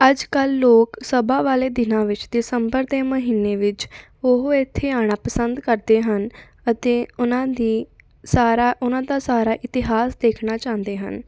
ਅੱਜ ਕੱਲ੍ਹ ਲੋਕ ਸਭਾ ਵਾਲੇ ਦਿਨਾਂ ਵਿੱਚ ਦਸੰਬਰ ਦੇ ਮਹੀਨੇ ਵਿੱਚ ਉਹ ਇੱਥੇ ਆਉਣਾ ਪਸੰਦ ਕਰਦੇ ਹਨ ਅਤੇ ਉਹਨਾਂ ਦੀ ਸਾਰਾ ਉਹਨਾਂ ਦਾ ਸਾਰਾ ਇਤਿਹਾਸ ਦੇਖਣਾ ਚਾਹੁੰਦੇ ਹਨ